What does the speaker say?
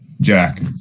Jack